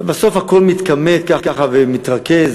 ובסוף הכול מתכמת ומתרכז